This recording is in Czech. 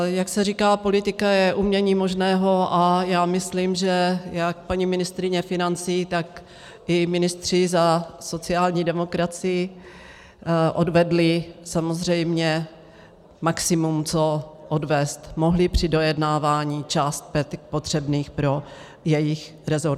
Jak se říká, politika je umění možného a já myslím, že jak paní ministryně financí, tak i ministři za sociální demokracii odvedli samozřejmě maximu, co odvést mohli při dojednávání částek potřebných pro jejich resorty.